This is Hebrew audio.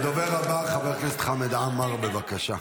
הדובר הבא, חבר הכנסת חמד עמאר, בבקשה,